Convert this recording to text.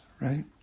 right